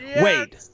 wait